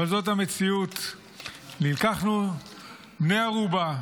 אבל זאת המציאות, נלקחנו בני ערובה